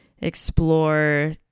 explore